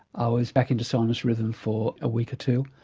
i was back into sinus rhythm for a week or two,